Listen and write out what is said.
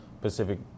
pacific